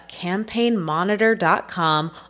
campaignmonitor.com